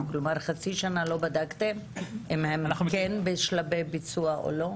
כלומר חצי שנה לא בדקתם אם הם כן בשלבי ביצוע או לא?